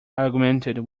augmented